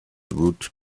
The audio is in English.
route